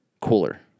cooler